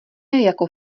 jako